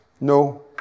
No